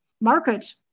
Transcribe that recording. market